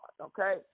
okay